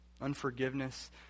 Unforgiveness